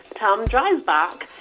tom dreisbach,